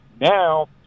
Now